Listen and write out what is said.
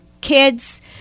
kids